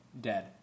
Dead